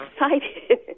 excited